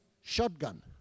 shotgun